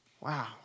Wow